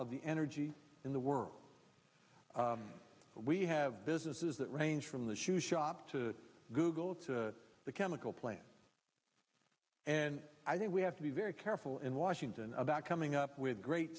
of the energy in the world we have businesses that range from the shoe shop to google to the chemical plants and i think we have to be very careful in washington about coming up with great